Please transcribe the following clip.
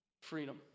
Freedom